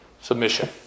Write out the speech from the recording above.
submission